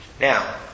Now